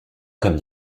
comme